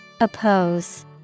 Oppose